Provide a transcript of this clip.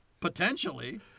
potentially